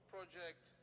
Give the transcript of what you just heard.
Project